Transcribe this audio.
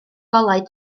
golau